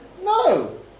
No